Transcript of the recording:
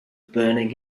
burning